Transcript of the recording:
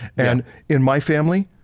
and in my family,